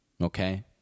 Okay